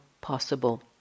possible